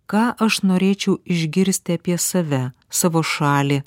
ką aš norėčiau išgirsti apie save savo šalį